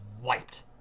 wiped